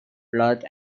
blurt